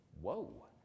whoa